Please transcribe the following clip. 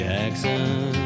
Jackson